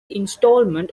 installment